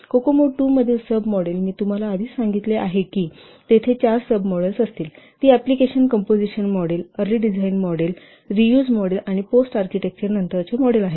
COCOMO II मधील sub model मी तुम्हाला आधीच सांगितले आहे की तेथे चार सब मॉडेल्स असतील ती application composition model early design model reuse model आणि पोस्ट आर्किटेक्चर मॉडेल आहेत